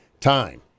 time